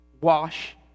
Wash